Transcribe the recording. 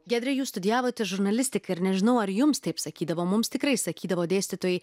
giedre jūs studijavote žurnalistiką ir nežinau ar jums taip sakydavo mums tikrai sakydavo dėstytojai